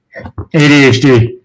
ADHD